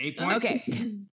okay